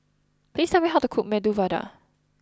please tell me how to cook Medu Vada